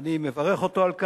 ואני מברך אותו על כך,